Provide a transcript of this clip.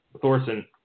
Thorson